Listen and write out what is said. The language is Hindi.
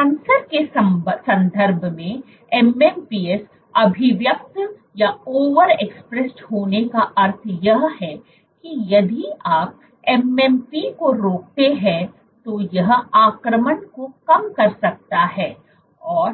कैंसर के संदर्भ में MMPs अभिव्यक्त होने का अर्थ यह है कि यदि आप एमएमपी को रोकते हैं तो यह आक्रमण को कम कर सकता है और